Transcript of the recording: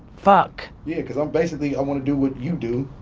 fuck. yeah cause i'm basically i want to do what you do